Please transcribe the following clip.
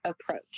approach